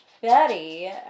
Betty